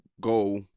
go